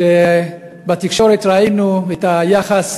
כשבתקשורת ראינו את היחס